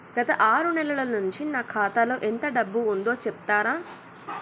గత ఆరు నెలల నుంచి నా ఖాతా లో ఎంత డబ్బు ఉందో చెప్తరా?